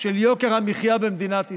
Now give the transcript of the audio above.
של יוקר המחיה במדינת ישראל.